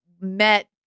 met